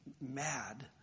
mad